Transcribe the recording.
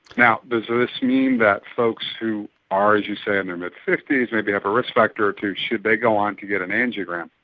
now, does this mean that folks who are, as you say, in their mid fifty s, maybe have a risk factor or two, should they go on to get an angiogram?